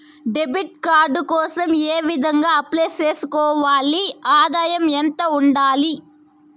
Debit card కోసం ఏ విధంగా అప్లై సేసుకోవాలి? ఆదాయం ఎంత ఉండాలి?